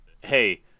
hey